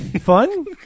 fun